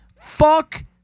Fuck